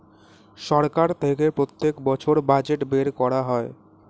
সরকার থেকে প্রত্যেক বছর বাজেট বের করা হয়